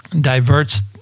diverts